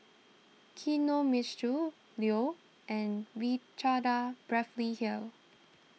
Kinohimitsu Leo and Ricardo Beverly Hills